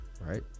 right